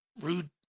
rude